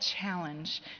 challenge